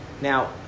Now